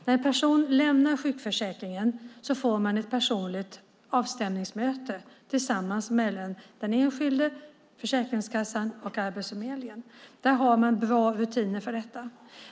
När en person lämnar sjukförsäkringen blir det ett personligt avstämningsmöte med den enskilde, då tillsammans med Försäkringskassan och Arbetsförmedlingen. För detta finns det bra rutiner.